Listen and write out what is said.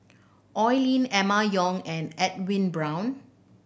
Oi Lin Emma Yong and Edwin Brown